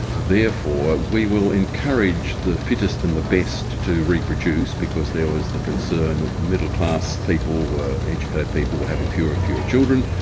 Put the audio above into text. therefore we will encourage the fittest and the best to reproduce', because there was the concern that middle-class people, educated people were having fewer and fewer children,